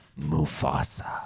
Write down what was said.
mufasa